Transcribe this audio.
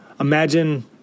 imagine